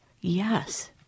yes